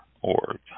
org